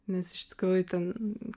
nes iš tikrųjų ten